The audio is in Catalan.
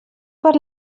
per